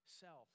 Self